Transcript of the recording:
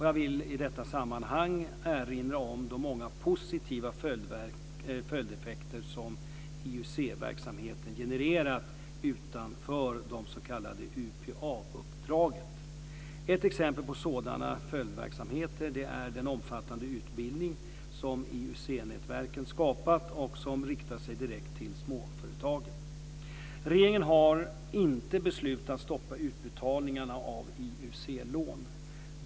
Jag vill i detta sammanhang erinra om de många positiva följdeffekter som IUC verksamheten genererat utanför de s.k. UPA uppdragen. Ett exempel på sådana följdverksamheter är den omfattande utbildning som IUC-nätverken skapat och som riktar sig direkt till småföretagen. Regeringen har inte beslutat stoppa utbetalningar av IUC-lån.